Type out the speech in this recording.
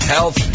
Health